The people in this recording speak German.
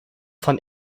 von